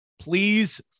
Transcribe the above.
Please